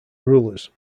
rulers